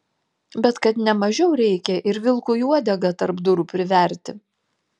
bet kad ne mažiau reikia ir vilkui uodegą tarp durų priverti